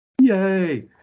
yay